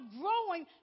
growing